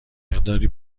مقداری